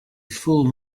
full